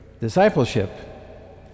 discipleship